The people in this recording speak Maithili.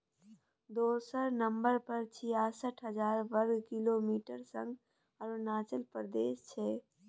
दोसर नंबर पर छियासठ हजार बर्ग किलोमीटरक संग अरुणाचल प्रदेश छै